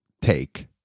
take